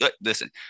Listen